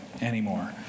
anymore